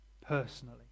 personally